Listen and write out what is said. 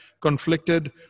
conflicted